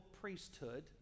priesthood